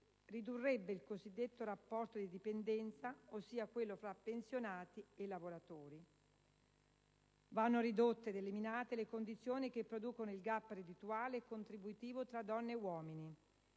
ridurrebbe il cosiddetto «rapporto di dipendenza», ossia quello fra pensionati e lavoratori. Vanno ridotte ed eliminate le condizioni che producono il *gap* reddituale e contributivo tra donne e uomini,